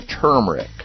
Turmeric